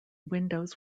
windows